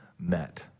met